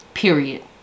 Period